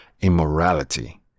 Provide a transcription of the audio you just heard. immorality